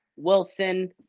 Wilson